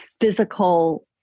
physical